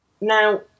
Now